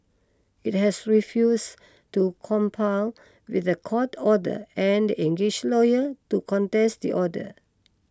it has refused to comply with the court order and engaged lawyer to contest the order